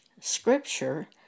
Scripture